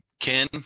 Ken